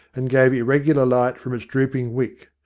and gave irregular light from its drooping wick.